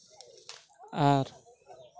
ᱟᱨ